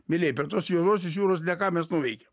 mielieji prie tos juodosios jūros ne ką mes nuveikėm